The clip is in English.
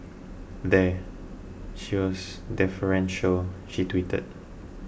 there she was deferential she tweeted